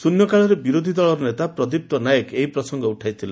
ଶ୍ରନ୍ୟକାଳରେ ବିରୋଧୀ ଦଳର ନେତା ପ୍ରଦୀପ୍ତ ନାୟକ ଏହି ପ୍ରସଙ୍ଙ ଉଠାଇଥିଲେ